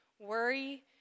Worry